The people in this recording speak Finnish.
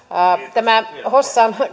tämä hossan